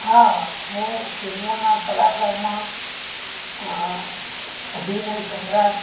હા હું ફિલ્મોના કલાકારમાં અભિનય સમ્રાટ